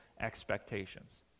expectations